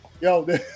yo